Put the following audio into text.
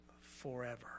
forever